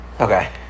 okay